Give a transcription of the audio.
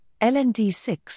LND6